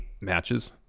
matches